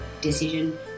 decision